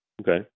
Okay